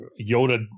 Yoda